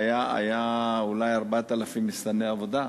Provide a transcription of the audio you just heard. היו אולי 4,000 מסתנני עבודה.